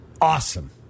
awesome